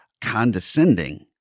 condescending